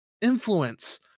influence